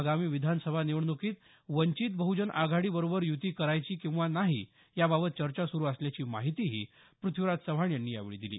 आगामी विधानसभा निवडणुकीत वंचित बहुजन आघाडी बरोबर युती करायची किंवा नाही याबाबत चर्चा सुरू असल्याची माहितीही प्रथ्वीराज चव्हाण यांनी यावेळी दिली